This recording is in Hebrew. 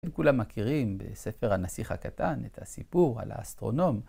הם כולם מכירים בספר הנסיך הקטן את הסיפור על האסטרונום.